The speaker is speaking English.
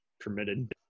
permitted